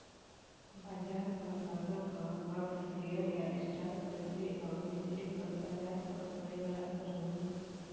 बाजार पर असर क अर्थ शेयर या स्टॉक खरीदले आउर बेचले पर बाजार पर पड़े वाला असर हउवे